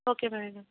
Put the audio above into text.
okay madam